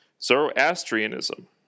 Zoroastrianism